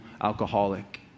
alcoholic